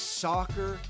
soccer